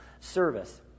service